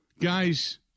guys